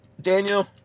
Daniel